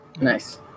Nice